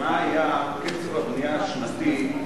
מה היה קצב הבנייה השנתי,